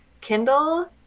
Kindle